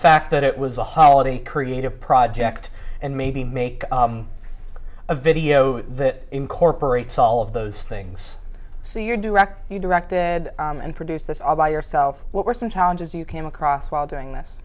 fact that it was a holiday creative project and maybe make a video that incorporates all of those things see your director you directed and produced this all by yourself what were some challenges you came across while doing this